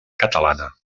catalana